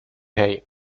hay